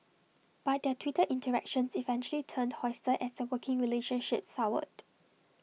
but their Twitter interactions eventually turned hostile as their working relationship soured